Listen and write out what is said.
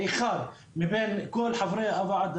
אחד מבין כל חברי הוועדה.